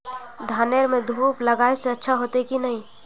धानेर में धूप लगाए से अच्छा होते की नहीं?